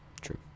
True